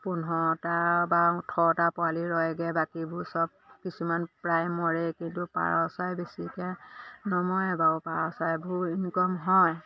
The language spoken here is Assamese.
পোন্ধৰটা বা ওঠৰটা পোৱালি ৰয়গৈ বাকীবোৰ চব কিছুমান প্ৰায় মৰে কিন্তু পাৰ চৰাই বেছিকৈ নমৰে বাৰু পাৰ চৰাইবোৰো ইনকম হয়